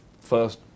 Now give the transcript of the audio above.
first